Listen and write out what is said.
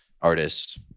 artist